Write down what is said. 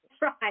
right